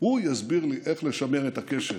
איך לשמר את הקשר